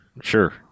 Sure